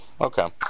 Okay